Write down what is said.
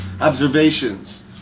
Observations